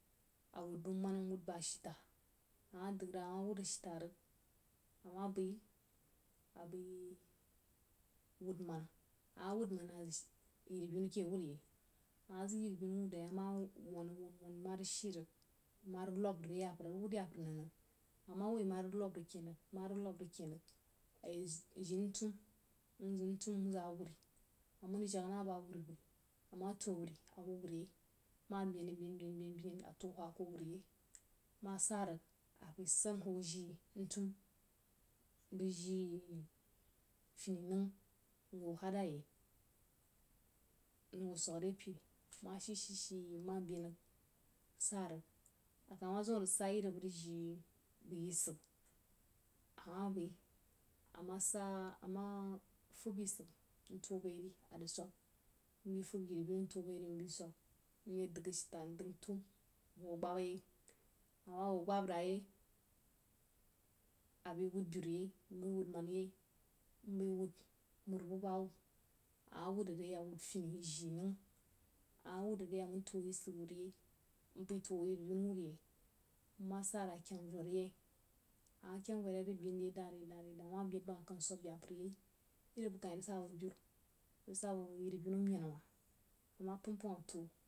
A wud bəg manna mwud bəg ashita ama dəg rəg a mah wud ashita rəg amah bai abai wud manna amah wud rig a zəg yiri-binu wud yei amah zəg yiri-binu keh wur yei ma wan rəg wan-wan, ma rəg shii rig ma rig lob rəg re zapər a rəg wud zapər nan-nan, a mah woi ma rəg bob rəg kəghini a ya zəg jii ntum, nzəg ntum bəg awuri amən rəg jəg a bəg awuri wud amah toh awuri a huo wud yei mad beín rig beín-bein atuo hwakoh wud yei mah sa rig a bni sən hwo jií ntum bəg jií fení nəngha huo hadda yei nhwo swəg re peri ma shi-shi nma bein rəg, msah ralg, akah ma zim a rig sa yeri a bəg rəg jǐi bəg yin-sigha amah bai amah sań, amah fəbb yiri-sigha muo bagiri n zəg swəg mye dəg ashita mhwo gbab yei amah huo gbab ra yei abai wud yei mpai tuo yirī-binu wud yei nma sa rəg a kyəng voh reyei ama kyəng voh re yei rəg bein re dəh-dəh ma beīn bəm akəng swəb zapər yei iri a bəg kah əg sa bəg yiri-binu amenna wah.